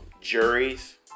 juries